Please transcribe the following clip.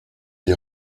des